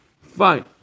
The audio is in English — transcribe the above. Fine